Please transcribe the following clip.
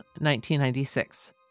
1996